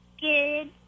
Good